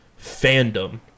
fandom